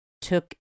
took